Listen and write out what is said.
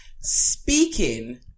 Speaking